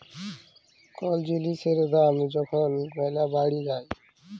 call জিলিসের দাম যখল ম্যালা বাইড়ে যায়